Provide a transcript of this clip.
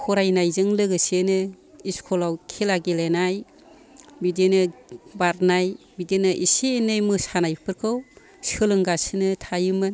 फरायनायजों लोगोसेनो स्कुलाव खेला गेलेनाय बिदिनो बारनाय बिदिनो एसे एनै मोसानायफोरखौ सोलोंगासिनो थायोमोन